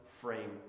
frame